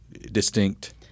distinct